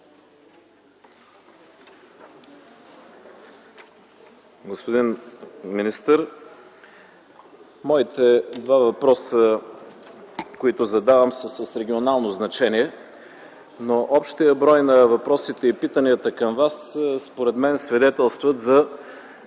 Господин министър, моите два въпроса, които задавам, са с регионално значение, но общият брой на въпросите и питанията към Вас, според мен свидетелстват за